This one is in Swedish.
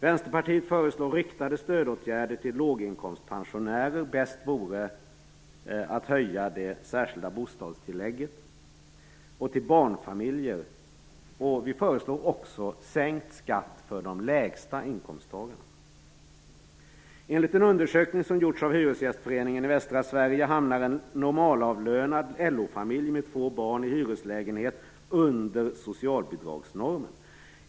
Vänsterpartiet föreslår riktade stödåtgärder till låginkomstpensionärer - bäst vore att höja det särskilda bostadstillägget - och till barnfamiljer. Vi föreslår också sänkt skatt för de med lägst inkomster. Enligt en undersökning som gjorts av Hyresgästföreningen i västra Sverige hamnar en normalavlönad LO-familj med två barn i hyreslägenhet under socialbidragsnormen.